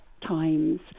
times